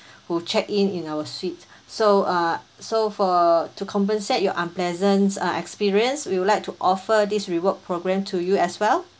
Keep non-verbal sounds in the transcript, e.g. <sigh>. <breath> who check in in our suite so uh so for to compensate your unpleasant uh experience we would like to offer this reward programme to you as well